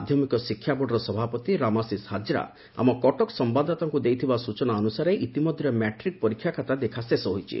ମାଧ୍ଧମିକ ଶିକ୍ଷା ବୋର୍ଡ଼ର ସଭାପତି ରାମାଶିଷ୍ ହାଜ୍ରା ଆମ କଟକ ସମ୍ଭାଦଦାତାଙ୍କୁ ଦେଇଥିବା ସୂଚନା ଅନୁସାରେ ଇତିମଧ୍ଧରେ ମାଟ୍ରିକ୍ ପରୀକ୍ଷା ଖାତା ଦେଖା ଶେଷ ହୋଇଛି